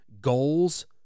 goals